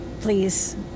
Please